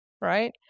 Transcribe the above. right